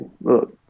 look